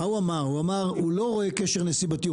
הוא אמר שהוא לא רואה קשר נסיבתי,